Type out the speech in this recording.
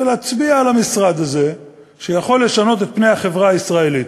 ולהצביע על המשרד הזה שיכול לשנות את פני החברה הישראלית.